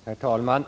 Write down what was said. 26 Herr talman!